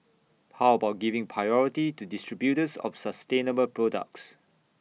how about giving priority to distributors of sustainable products